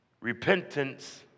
Repentance